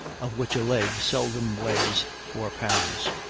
of which a leg seldom weighs four pounds.